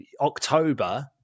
October